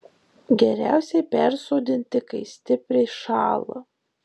geriausiai persodinti kai stipriai šąla